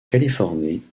californie